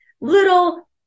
little